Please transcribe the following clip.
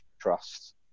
Trust